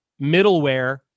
middleware